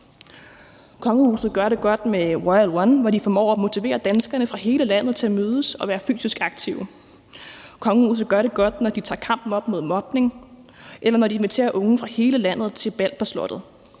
Kongehuset gør det godt med Royal Run, hvor de formår at motivere danskerne fra hele landet til at mødes og være fysisk aktive. Kongehuset gør det godt, når de tager kampen op mod mobning, eller når de inviterer unge fra hele landet til bal på slottet.